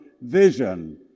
vision